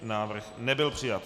Návrh nebyl přijat.